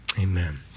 Amen